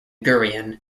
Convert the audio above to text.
gurion